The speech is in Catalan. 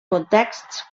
contexts